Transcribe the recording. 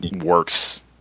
works